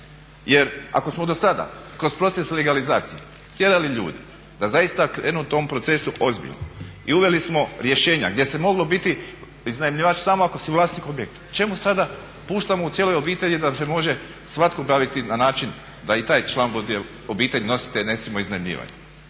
Jer ako smo do sada kroz proces legalizacije tjerali ljude da zaista krenu u tom procesu ozbiljno i uveli smo rješenja gdje se moglo biti iznajmljivač samo ako si vlasnik objekta, čemu sada puštamo cijeloj obitelji da se može svatko baviti na način da i taj član obitelji bude nositelj recimo iznajmljivanja?